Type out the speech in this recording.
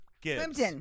Gibbs